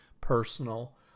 personal